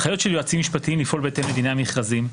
הנחיות של יועצים משפטיים לפעול בהתאם לדיני המכרזים,